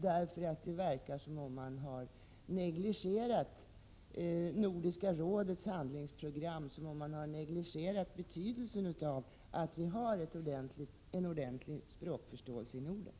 Det verkar nämligen som om skolöverstyrelsen har negligerat Nordiska rådets handlingsprogram och betydelsen av att vi har en ordentlig språkförståelse i Norden.